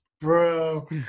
Bro